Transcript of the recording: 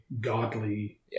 godly